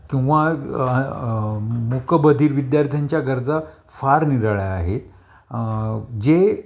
किंवा मुकबधीर विद्यार्थ्यांच्या गरजा फार निराळ्या आहेत जे